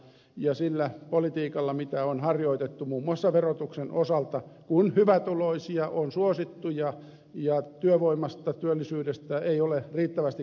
ja sillä politiikalla mitä on harjoitettu muun muassa verotuksen osalta kun hyvätuloisia on suosittu ja työvoimasta työllisyydestä ei ole riittävästi kannettu huolta